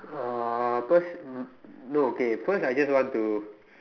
uh first no okay first I just want to